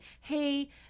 hey